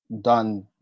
done